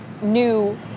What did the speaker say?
new